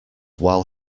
while